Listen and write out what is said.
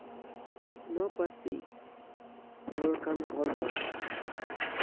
ᱱᱚᱣᱟ ᱯᱟᱹᱨᱥᱤ ᱨᱚᱨᱚᱲᱠᱟᱱ ᱦᱚᱲᱫᱚ